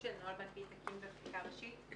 חקיקה ראשית.